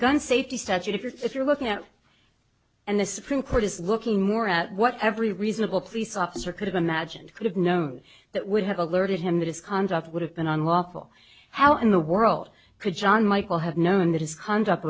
gun safety statute if you're if you're looking at and the supreme court is looking more at what every reasonable police officer could've imagined could have know that would have alerted him that his conduct would have been unlawful how in the world could john michael have known that is con